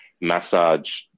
massage